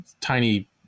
tiny